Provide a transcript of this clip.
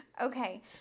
Okay